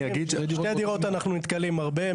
שתי דירות אנחנו נתקלים הרבה.